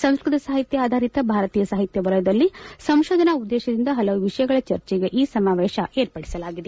ಸಂಸ್ವತ ಸಾಹಿತ್ಯ ಆಧಾರಿತ ಭಾರತೀಯ ಸಾಹಿತ್ಯ ವಲಯದಲ್ಲಿ ಸಂಶೋಧನಾ ಉದ್ದೇಶದಿಂದ ಹಲವು ವಿಷಯಗಳ ಚರ್ಚೆಗೆ ಈ ಸಮಾವೇಶ ಏರ್ಪಡಿಸಲಾಗಿದೆ